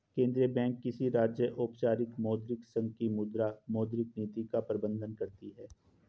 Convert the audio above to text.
केंद्रीय बैंक किसी राज्य, औपचारिक मौद्रिक संघ की मुद्रा, मौद्रिक नीति का प्रबन्धन करती है